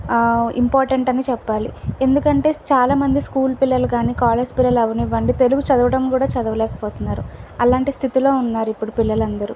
important అని చెప్పాలి ఎందుకంటే చాలామంది స్కూల్ పిల్లలు కానీ కాలేజ్ పిల్లలు అవ్వనివ్వండి తెలుగు చదవడం కూడా చదవలేక పోతున్నారు అలాంటి స్థితిలో ఉన్నారు ఇప్పుడు పిల్లలు అందరు